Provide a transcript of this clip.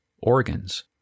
organs